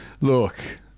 Look